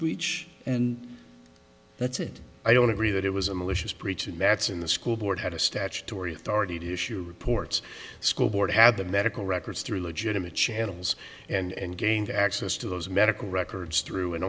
breach and that's and i don't agree that it was a malicious breach and that's in the school board had a statutory authority to issue reports the school board had the medical records through legitimate channels and gained access to those medical records through an